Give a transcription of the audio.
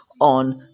on